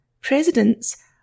Presidents